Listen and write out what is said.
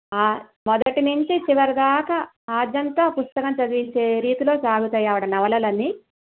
మొదటి నుంచి చివరి దాకా ఆధ్యంతా పుస్తకం చదివించే రీతిలో సాగుతాయి ఆవిడ నవలలన్నీ